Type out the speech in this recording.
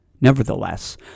Nevertheless